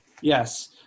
Yes